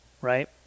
right